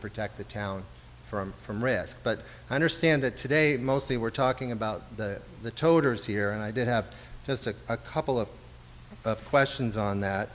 protect the town from from risk but i understand that today mostly we're talking about the toters here and i did have just a couple of questions on that